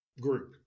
Group